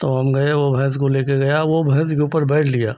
तो हम गए वह भैंस को लेकर गया वह भैंस के ऊपर बैठ लिया